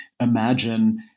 imagine